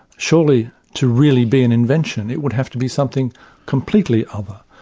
surely to really be an invention it would have to be something completely other.